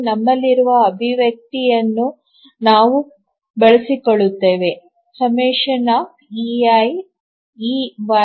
ನಮ್ಮಲ್ಲಿರುವ ಅಭಿವ್ಯಕ್ತಿಯನ್ನು ನಾವು ಬಳಸಬೇಕಾಗಿದೆ ∑≤ 1